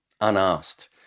unasked